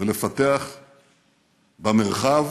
ולפתח במרחב,